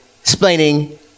explaining